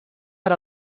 per